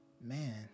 man